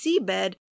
seabed